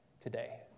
today